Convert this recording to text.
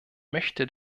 möchte